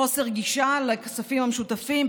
חוסר גישה לכספים המשותפים,